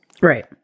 Right